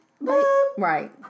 Right